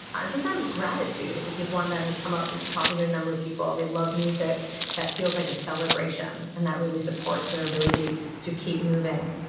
and sometimes gratitude, which is one that has come up talking to a number of people. they love music that feels like a celebration, and that really supports their ability to keep moving.